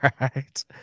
right